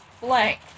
blank